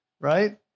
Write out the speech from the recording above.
Right